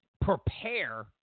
prepare